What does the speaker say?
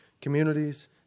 communities